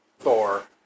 Thor